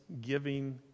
giving